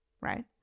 right